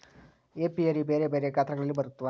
apiary ಬೆರೆ ಬೆರೆ ಗಾತ್ರಗಳಲ್ಲಿ ಬರುತ್ವ